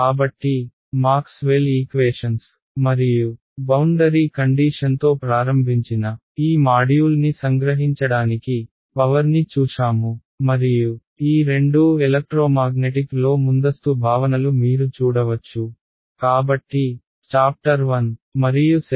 కాబట్టి Maxwell equations మరియు boundary కండీషన్తో ప్రారంభించిన ఈ మాడ్యూల్ని సంగ్రహించడానికి పవర్ని చూశాము మరియు ఈ రెండూ ఎలక్ట్రోమాగ్నెటిక్ లో ముందస్తు భావనలు మీరు చూడవచ్చు కాబట్టి చాప్టర్ 1 మరియు 7